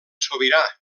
sobirà